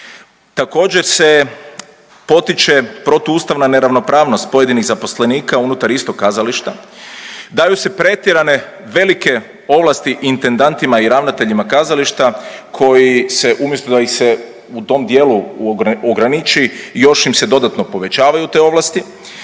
Također se potiče protuustavna neravnopravnost pojedinih zaposlenika unutar istog kazališta, daju se pretjerane velike ovlasti intendantima i ravnateljima kazališta koji se umjesto da ih se u tom dijelu ograniči još im se dodatno povećavaju te ovlasti,